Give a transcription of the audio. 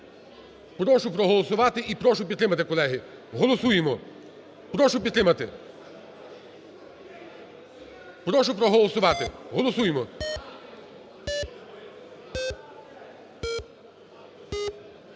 Прошу проголосувати і прошу підтримати, колеги. Голосуємо. Прошу підтримати. Прощу проголосувати. Голосуємо.